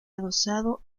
adosado